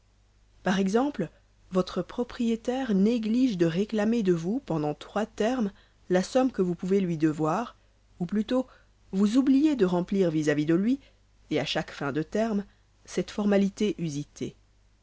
par exemple votre propriétaire néglige de réclamer de vous pendant trois termes la somme que vous pouvez lui devoir ou plutôt vous oubliez de remplir vis-à-vis de lui et à chaque fin de terme cette formalité usitée